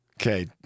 Okay